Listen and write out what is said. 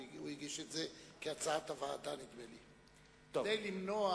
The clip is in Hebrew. הוא הגיש את זה כהצעת הוועדה, נדמה לי, כדי למנוע